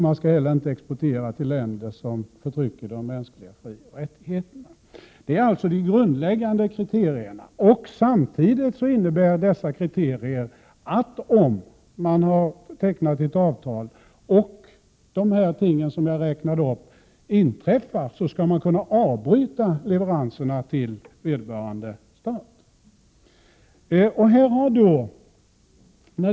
Man skall inte heller exportera till länder som undertrycker de mänskliga frioch rättigheterna. Detta är de grundläggande kriterierna. Samtidigt innebär dessa kriterier att man, om man har tecknat avtal och de förhållanden som jag har räknat upp inträffar, skall kunna avbryta leveranserna till vederbörande stat.